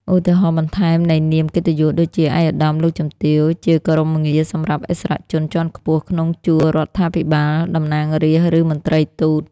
ឧទាហរណ៍បន្ថែមនៃនាមកិត្តិយសដូចជា ឯកឧត្តម លោកជំទាវ ជាគោរមងារសម្រាប់ឥស្សរជនជាន់ខ្ពស់ក្នុងជួររដ្ឋាភិបាល តំណាងរាស្រ្ត ឬមន្ត្រីទូត។